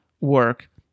work